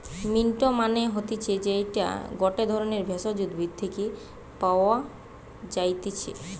mint মানে হতিছে যেইটা গটে ধরণের ভেষজ উদ্ভিদ থেকে পাওয় যাই্তিছে